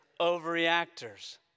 overreactors